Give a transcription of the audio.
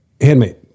handmade